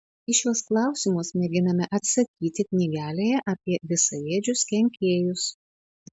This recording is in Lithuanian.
į šiuos klausimus mėginame atsakyti knygelėje apie visaėdžius kenkėjus